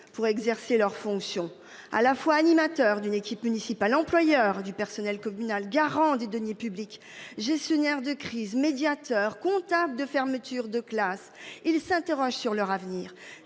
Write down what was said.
pour exercer leur fonction à la fois animateur d'une équipe municipale employeur du personnel communal garant des deniers publics. J'ai souvenir de crise médiateur comptable de fermetures de classes. Ils s'interrogent sur leur avenir.